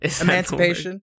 emancipation